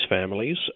families